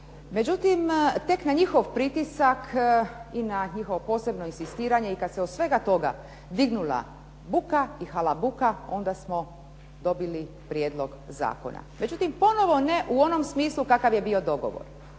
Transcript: Međutim, tek na njihov pritisak i na njihovo posebno inzistiranje i kada se oko svega toga digla buka i halabuka onda smo dobili prijedlog zakona. Međutim, ponovno ne u onom smislu kakav je bio dogovor.